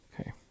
okay